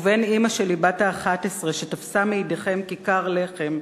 ובין אמא שלי בת ה-11, שתפסה מידיכם כיכר לחם,